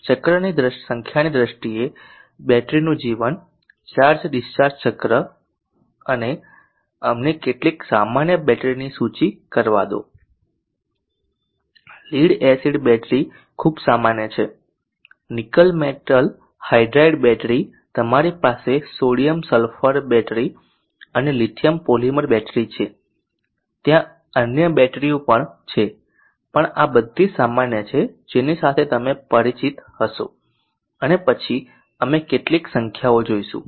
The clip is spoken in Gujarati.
ચક્રની સંખ્યાની દ્રષ્ટિએ બેટરીનું જીવન ચાર્જ ડિસ્ચાર્જ ચક્ર અને અમને કેટલીક સામાન્ય બેટરીની સૂચિ કરવા દો લીડ એસિડ બેટરી ખૂબ સામાન્ય છે નિકલ મેટલ હાઇડ્રાઇડ બેટરી તમારી પાસે સોડિયમ સલ્ફર બેટરી અને લિથિયમ પોલિમર બેટરી છે ત્યાં અન્ય બેટરીઓ પણ છે પણ આ બધી સામાન્ય છે જેની સાથે તમે પરિચિત હશો અને પછી અમે કેટલીક સંખ્યાઓ જોઈશું